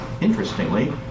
interestingly